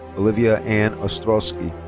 olivia anne ostrowsky.